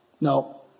No